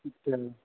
अच्छा